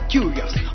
Curious